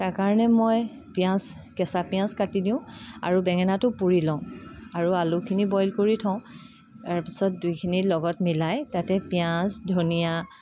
তাৰ কাৰণে মই পিঁয়াজ কেঁচা পিঁয়াজ কাটি দিওঁ আৰু বেঙেনাটো পোৰি লওঁ আৰু আলুখিনি বইল কৰি থওঁ তাৰপিছত দুইখিনি লগত মিলাই তাতে পিঁয়াজ ধনিয়া